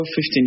15